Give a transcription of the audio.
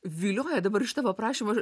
vilioja dabar iš tavo aprašymo